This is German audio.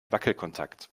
wackelkontakt